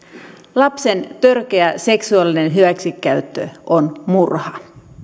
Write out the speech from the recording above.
lapsen törkeä seksuaalinen hyväksikäyttö on murha